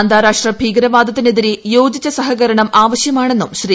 അന്താരാഷ്ട്ര ഭീകരവാദത്തിനെതിരെ യോജിച്ച സഹകരണം ആവശ്യമാണെന്നും ശ്രീ